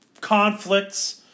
conflicts